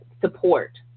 support